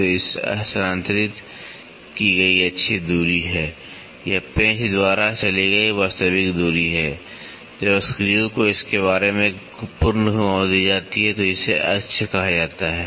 तो यह स्थानांतरित की गई अक्षीय दूरी है यह पेंच द्वारा चली गई वास्तविक दूरी है जब स्क्रू को इसके बारे में एक पूर्ण घुमाव दी जाती है तो इसे अक्ष कहा जाता है